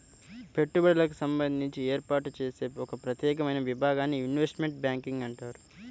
పెట్టుబడులకు సంబంధించి ఏర్పాటు చేసే ఒక ప్రత్యేకమైన విభాగాన్ని ఇన్వెస్ట్మెంట్ బ్యాంకింగ్ అంటారు